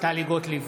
טלי גוטליב,